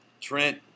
Trent